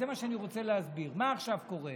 זה מה שאני רוצה להסביר, מה קורה עכשיו?